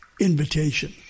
invitation